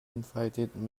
invited